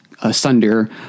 asunder